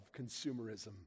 consumerism